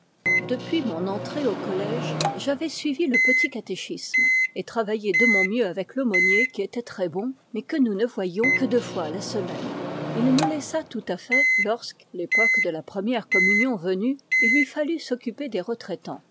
depuis mon entrée au collège j'avais suivi le petit catéchisme et travaillé de mon mieux avec l'aumônier qui était très bon mais que nous ne voyions que deux fois la semaine il nous laissa tout à fait lorsque l'époque de la première communion venue il lui fallut s'occuper des